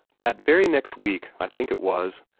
that very next week, i think it was,